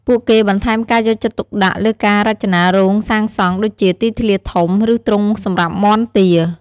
ពួកគេបន្ថែមការយកចិត្តទុកដាក់លើការរចនារោងសាងសង់ ដូចជា ទីធ្លាធំ ឬទ្រុងសម្រាប់មាន់ ទា ។